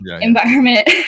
environment